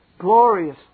glorious